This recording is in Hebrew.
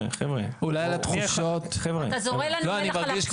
אתה זורה לנו מלח על הפצעים.